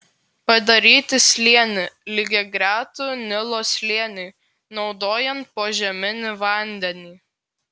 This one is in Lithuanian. padaryti slėnį lygiagretų nilo slėniui naudojant požeminį vandenį